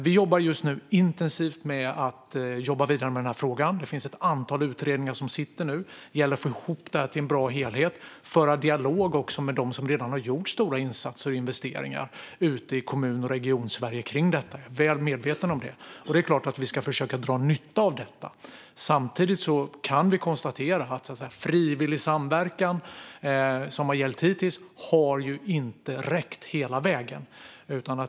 Vi jobbar just nu intensivt vidare med frågan. Det finns ett antal utredningar som arbetar nu, och det gäller att få ihop till en bra helhet och föra en dialog med dem som redan har gjort stora insatser och investeringar i Kommun och Regionsverige. Jag är väl medveten om det, och det är klart att vi ska försöka dra nytta av detta. Samtidigt kan vi konstatera att frivillig samverkan, som har gällt hittills, inte har räckt hela vägen.